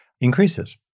increases